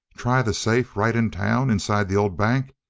try the safe right in town, inside the old bank?